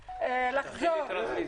שצריך לחזור,